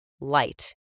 light